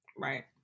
right